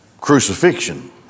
crucifixion